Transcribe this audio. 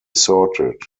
sorted